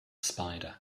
spider